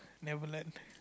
Neverland